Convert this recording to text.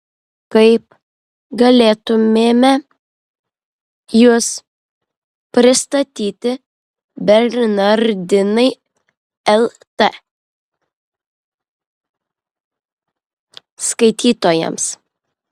kaip galėtumėme jus pristatyti bernardinai lt skaitytojams